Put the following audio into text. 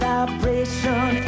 Vibration